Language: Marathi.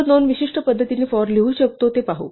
आपण दोन विशिष्ट पद्धतींनी for लिहितो ते पाहू